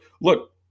look